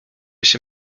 się